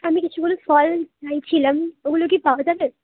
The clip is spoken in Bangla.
আমি কিছু ফল চাইছিলাম ওগুলো কি পাওয়া যাবে